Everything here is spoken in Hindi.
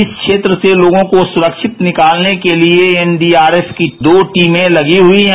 इस क्षेत्र से लोगों को सुरक्षित निकालने के लिये एनडीआरएफ की दो टीमें लगी हुई हैं